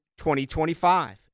2025